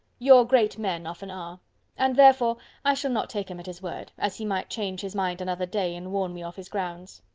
your great men often are and therefore i shall not take him at his word, as he might change his mind another day, and warn me off his grounds.